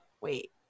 wait